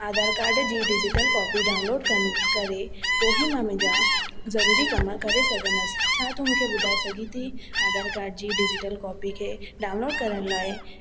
Aadhaar card जी digital copy download क्न करे पोइ ई मां मुंहिंजा ज़रूरी कम करे सघंदसि छा तू मूंखे ॿुधाए सघे थी आधार कार्ड जी डिजिटल कॉपी खे डाउनलोड करण लाइ